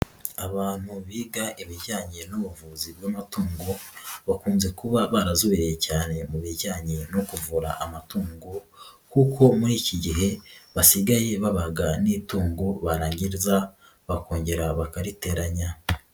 Abantu biga ibijyanye n'ubuvuzi bw'amatungo bakunze kuba barazobereye cyane mu bijyanye no kuvura amatungo kuko muri iki gihe basigaye babaga n'itungo barangiza bakongera bakariteranya.